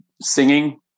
singing